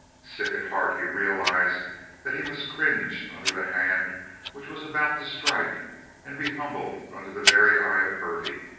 sick at heart, he realized that he must cringe under the hand which was about to strike and be humble under the very eye of hervey.